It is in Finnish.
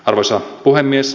arvoisa puhemies